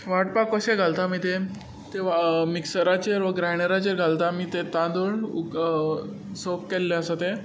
वांटपाक कशें घालतात मागीर तें ते मिक्सराचेर वा ग्रांयडराचेर घालता आमी ते तांदूळ सोक केल्ले आसा ते